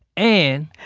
and.